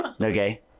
okay